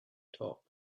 top